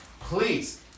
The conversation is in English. Please